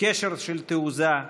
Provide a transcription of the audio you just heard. קשר של תעוזה,